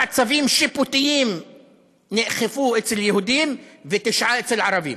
ארבעה צווים שיפוטיים נאכפו אצל יהודים ותשעה אצל ערבים.